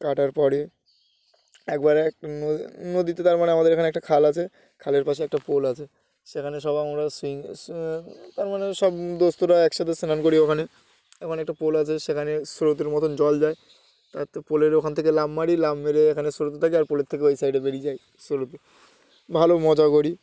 কাটার পরে একবারে একটা ন নদীতে তার মানে আমাদের এখানে একটা খাল আছে খালের পাশে একটা পোল আছে সেখানে সব আমরা সুইই তার মানে সব দোস্তরা একসাথে স্নান করি ওখানে ওখানে একটা পোল আছে সেখানে স্রোতের মতন জল যাই তার তো পোলের ওখান থেকে লাফ মারি লাফ মেরে এখানে স্রোতে থাকি আর পোলের থেকে ওই সাইডে বেরিয়ে যাই স্রোতে ভালো মজা করি